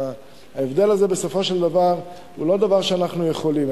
ההבדל הזה בסופו של דבר הוא לא דבר שאנחנו יכולים,